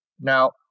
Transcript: Now